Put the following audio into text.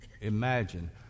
imagine